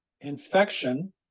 infection